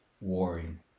warring